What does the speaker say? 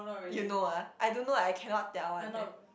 you know ah I don't know I cannot tell one eh